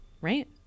Right